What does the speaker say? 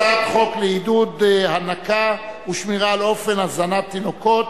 הצעת חוק לעידוד הנקה ושמירה על אופן הזנת תינוקות,